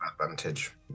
advantage